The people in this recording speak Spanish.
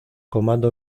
comando